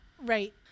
Right